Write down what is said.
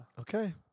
Okay